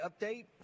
update